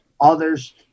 others